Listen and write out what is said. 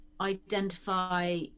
identify